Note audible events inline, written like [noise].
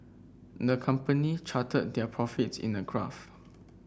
the company charted their profits in a [unintelligible]